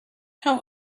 how